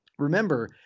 Remember